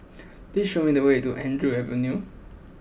please show me the way to Andrew Avenue